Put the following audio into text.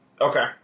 Okay